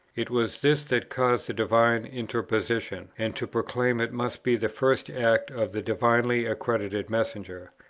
it was this that caused the divine interposition and to proclaim it must be the first act of the divinely-accredited messenger.